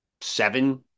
seven